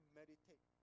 meditate